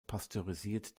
pasteurisiert